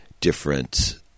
different